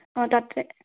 অঁ তাতে